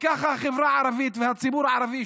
ככה החברה הערבית והציבור הערבי,